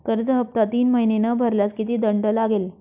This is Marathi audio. कर्ज हफ्ता तीन महिने न भरल्यास किती दंड लागेल?